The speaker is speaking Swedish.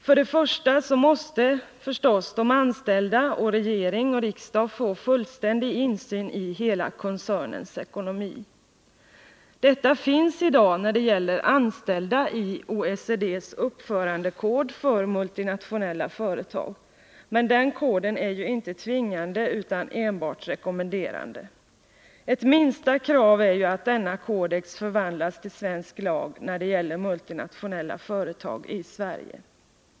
Först och främst måste förstås de anställda och regering och riksdag få fullständig insyn i hela koncernens ekonomi. När det gäller anställda finns sådan insyn enligt OECD:s uppförandekod för multinationella företag, men den koden är ju inte tvingande utan enbart rekommenderande. Ett minsta krav är att denna kod förvandlas till svensk lag när det gäller multinationella företag i Sverige.